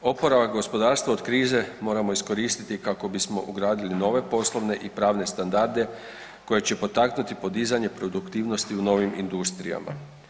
Oporavak gospodarstva od krize moramo iskoristiti kako bismo gradili nove poslovne i pravne standarde koji će potaknuti podizanje produktivnosti u novim industrijama.